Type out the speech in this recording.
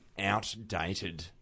outdated